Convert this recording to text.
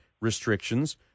restrictions